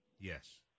Yes